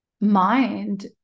mind